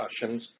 discussions